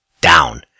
down